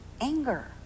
Anger